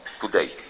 today